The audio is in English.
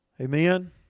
Amen